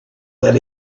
that